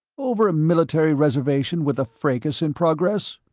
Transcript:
over a military reservation with a fracas in progress?